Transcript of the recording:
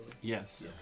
Yes